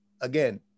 again